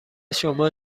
شما